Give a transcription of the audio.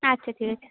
আচ্ছা ঠিক আছে